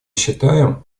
считаем